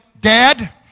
Dad